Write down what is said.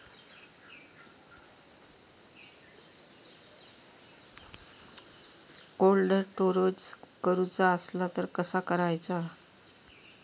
Cold storage करूचा असला तर कसा करायचा?